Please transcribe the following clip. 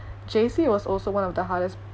J_C was also one of the hardest